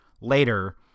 later